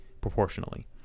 proportionally